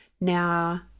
Now